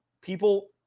people